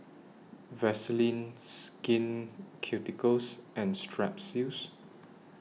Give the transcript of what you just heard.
Vaselin Skin Ceuticals and Strepsils